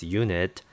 unit